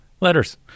Letters